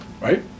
right